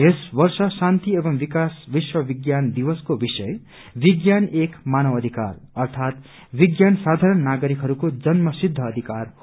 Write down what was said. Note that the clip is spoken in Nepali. यस वर्ष शान्ति एवं विकासको लागि विश्व विज्ञान दिवसको विषय विज्ञान एक मानवाधिकार अर्थात विज्ञान साथारण नागरिकहरूको जन्मसिछ अधिकार हो